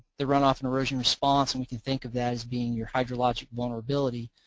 the runoff and erosion response and we can think of that as being your hydrologic vulnerability.